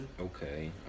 Okay